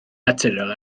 naturiol